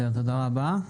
תודה רבה.